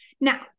Now